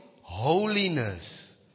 holiness